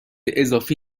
اضافی